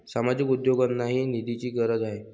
सामाजिक उद्योगांनाही निधीची गरज आहे